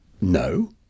no